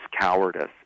cowardice